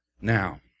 Now